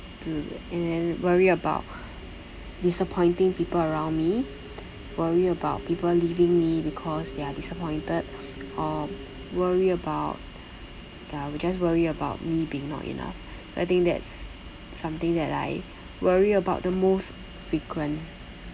to and then worry about disappointing people around me worry about people leaving me because they're disappointed or worry about ya will just worry about me being not enough so I think that's something that I worry about the most frequent